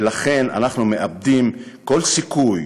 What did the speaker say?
ולכן אנחנו מאבדים כל סיכוי